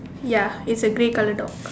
ya it's a grey colour dog